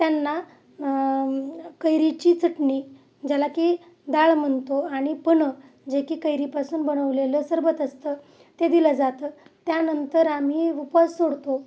त्यांना कैरीची चटणी ज्याला की डाळ म्हणतो आणि पन्हं जे की कैरीपासून बनवलेलं सरबत असतं ते दिलं जातं त्यानंतर आम्ही उपास सोडतो